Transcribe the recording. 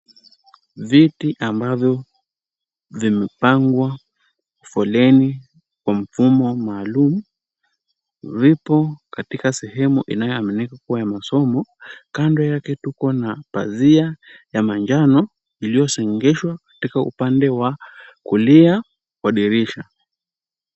Viti ambavyo vimepangwa foleni kwa mfumo maalum, vipo katika sehemu inayoaminika kuwa ya masomo. Kando yake tuko na pazia ya manjano iliyosongeshwa katika upande wa kulia wa dirisha.